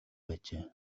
байжээ